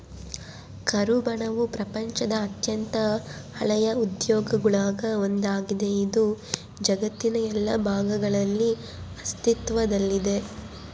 ಕುರುಬನವು ಪ್ರಪಂಚದ ಅತ್ಯಂತ ಹಳೆಯ ಉದ್ಯೋಗಗುಳಾಗ ಒಂದಾಗಿದೆ, ಇದು ಜಗತ್ತಿನ ಎಲ್ಲಾ ಭಾಗಗಳಲ್ಲಿ ಅಸ್ತಿತ್ವದಲ್ಲಿದೆ